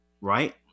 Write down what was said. Right